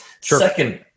second